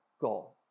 goal